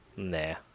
Nah